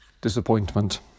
disappointment